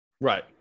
right